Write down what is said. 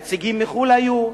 נציגים מחו"ל היו,